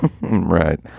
Right